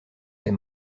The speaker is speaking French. ses